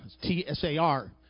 T-S-A-R